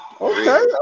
Okay